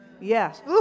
Yes